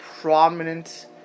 prominent